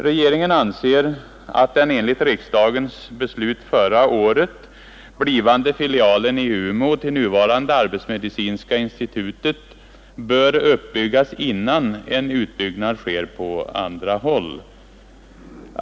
Regeringen anser att den enligt riksdagens beslut förra året blivande filialen i Umeå till nuvarande arbetsmedicinska institutet bör uppbyggas innan en utbyggnad sker på andra håll.